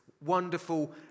wonderful